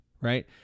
Right